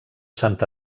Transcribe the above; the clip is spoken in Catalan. sant